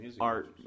Art